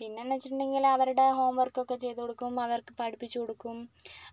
പിന്നെന്ന് വെച്ചിട്ടുണ്ടെങ്കില് അവരുടെ ഹോംവർക്കൊക്കെ ചെയ്തുകൊടുക്കും അവർക്ക് പഠിപ്പിച്ചുകൊടുക്കും